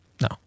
no